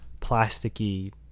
plasticky